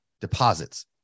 deposits